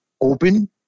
open